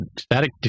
static